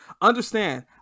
Understand